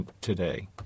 today